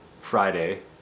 Friday